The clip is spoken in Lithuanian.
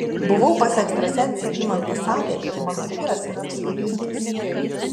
buvau pas ekstrasensę ji man pasakė kad mano vyras yra apsvaigintas